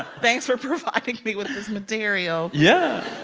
ah thanks for providing me with this material yeah,